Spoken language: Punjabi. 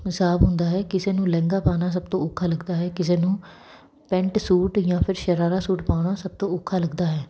ਹਿਸਾਬ ਹੁੰਦਾ ਹੈ ਕਿਸੇ ਨੂੰ ਲਹਿੰਗਾ ਪਾਉਣਾ ਸਭ ਤੋਂ ਔਖਾ ਲੱਗਦਾ ਹੈ ਕਿਸੇ ਨੂੰ ਪੈਂਟ ਸੂਟ ਜਾਂ ਫਿਰ ਸ਼ਰਾਰਾ ਸੂਟ ਪਾਉਣਾ ਸਭ ਤੋਂ ਔਖਾ ਲੱਗਦਾ ਹੈ